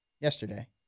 yesterday